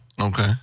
Okay